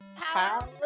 Power